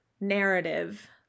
narrative